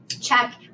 check